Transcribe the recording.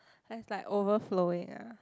then it's like overflowing ah